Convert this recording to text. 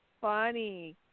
funny